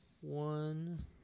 One